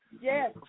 Yes